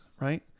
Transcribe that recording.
right